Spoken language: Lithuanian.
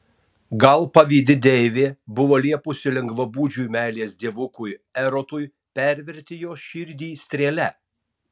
gal pavydi deivė buvo liepusi lengvabūdžiui meilės dievukui erotui perverti jos širdį strėle